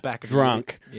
drunk